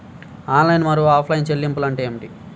Online మరియు offline చెల్లింపులు అంటే ఏమిటి?